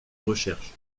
recherche